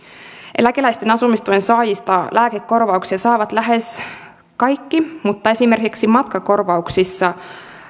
eläkeläisten asumistuen saajista lääkekorvauksia saavat lähes kaikki mutta esimerkiksi matkakorvauksissa